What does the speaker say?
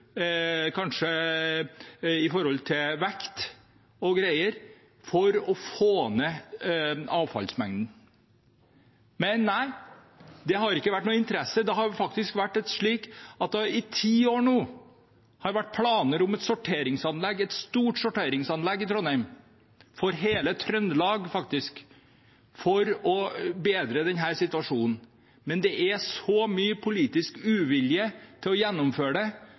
vekt for å få ned avfallsmengden. Men nei, det har ikke vært noen interesse. Det har faktisk vært slik at det i ti år nå har vært planer om et stort sorteringsanlegg i Trondheim – for hele Trøndelag, faktisk – for å bedre denne situasjonen. Men det er så mye politisk uvilje til å gjennomføre det blant både Trondheims politikere som styrer, og også nabokommunene som leverer avfallet sitt til forbrenningsanlegget i dag. Det